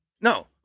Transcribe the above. No